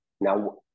now